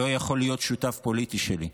לא יכול להיות שותף פוליטי שלי,